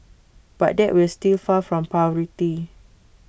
but that will still far from parity